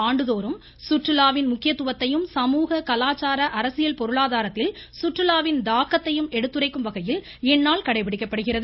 நா ஆண்டுதோறும் சுற்றுலாவின் முக்கியத்துவத்தையும் சமூக கலாச்சார அரசியல் பொருளாதாரத்தில் சுற்றுலாவின் தாக்கத்தை எடுத்துரைக்கும் வகையில் இந்நாள் கடைபிடிக்கப்படுகிறது